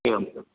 एवम्